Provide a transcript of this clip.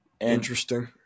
Interesting